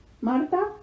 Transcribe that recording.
Marta